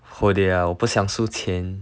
whole day ah 我不想输钱